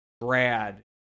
Brad